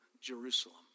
Jerusalem